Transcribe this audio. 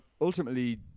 ultimately